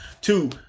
two